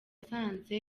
yasanze